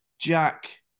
Jack